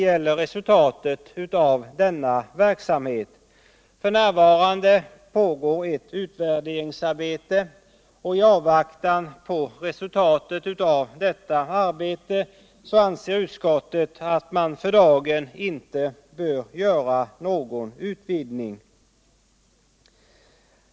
F.n. pågår et utvärderingsarbete, och utskottet anser att man i avvaktan på resultatet av detta arbete inte bör göra någon utvidgning.